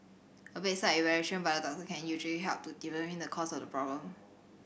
a bedside evaluation by the doctor can usually help to determine the cause of the problem